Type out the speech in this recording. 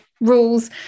rules